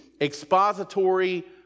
expository